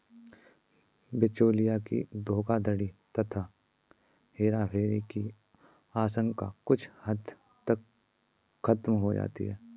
बिचौलियों की धोखाधड़ी तथा हेराफेरी की आशंका कुछ हद तक खत्म हो जाती है